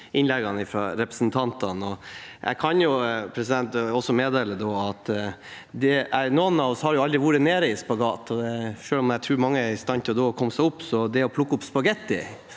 innleggene fra representantene. Jeg kan også meddele at noen av oss aldri har vært nede i en spagat. Selv om jeg tror mange er i stand til da å komme seg opp, tror jeg at det å plukke opp spagetti